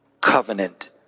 covenant